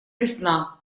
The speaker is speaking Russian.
весна